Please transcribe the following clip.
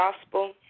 gospel